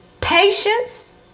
patience